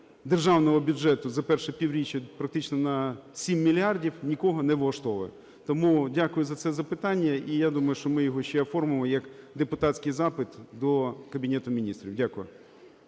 державного бюджету за І півріччя практично на 7 мільярдів, нікого не влаштовує. Тому дякую за це запитання. І я думаю, що ми його ще оформимо як депутатський запит до Кабінету Міністрів. Дякую.